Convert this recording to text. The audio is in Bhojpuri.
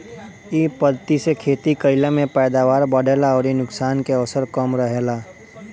इ पद्धति से खेती कईला में पैदावार बढ़ेला अउरी नुकसान के अवसर कम रहेला